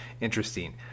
Interesting